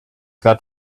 that